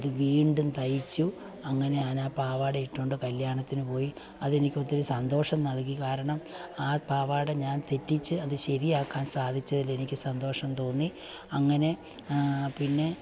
അത് വീണ്ടും തയ്ച്ചു അങ്ങനെ ഞാൻ ആ പാവാട ഇട്ടു കൊണ്ട് കല്യാണത്തിന് പോയി അത് എനിക്ക് ഒത്തിരി സന്തോഷം നൽകി കാരണം ആ പാവാട ഞാൻ തെറ്റിച്ച് അത് ശരിയാക്കാൻ സാധിച്ചതിൽ എനിക്ക് സന്തോഷം തോന്നി അങ്ങനെ പിന്നെ